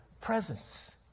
presence